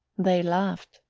they laughed,